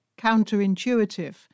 counterintuitive